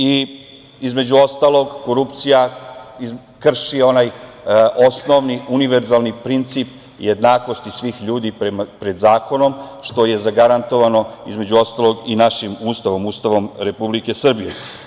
Između ostalog, korupcija krši onaj osnovni univerzalni princip jednakosti svih ljudi pred zakonom, što je zagarantovano, između ostalog, i našim Ustavom, Ustavom Republike Srbije.